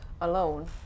alone